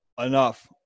enough